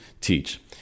teach